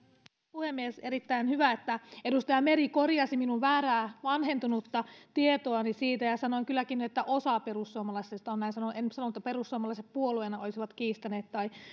puhemies erittäin hyvä että edustaja meri korjasi minun väärää vanhentunutta tietoani sanoin kylläkin että osa perussuomalaisista on näin sanonut en sanonut että perussuomalaiset puolueena olisivat kiistäneet tai